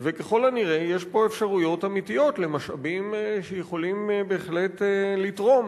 ככל הנראה יש פה אפשרויות אמיתיות למשאבים שיכולים בהחלט לתרום.